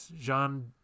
Jean